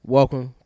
Welcome